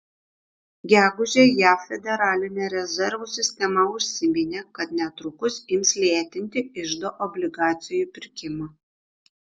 gegužę jav federalinė rezervų sistema užsiminė kad netrukus ims lėtinti iždo obligacijų pirkimą